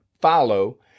follow